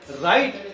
right